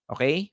Okay